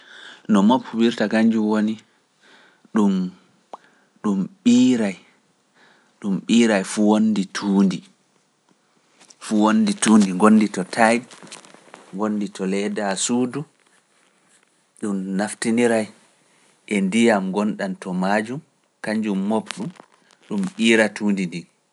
No mob huwirta kanjum woni, ɗum ɓiiray, ɗum ɓiiray fu wondi tuundi, fu wondi tuundi gondi to taƴ, gondi to leeda suudu, ɗum naftinira e ndiyam gonɗan to maajum, kanjum moɓtu ɗum ɓiira tuundi ndin.